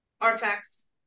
Artifacts